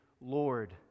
Lord